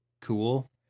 cool